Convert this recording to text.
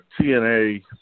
TNA –